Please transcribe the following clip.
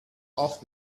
off